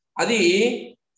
adi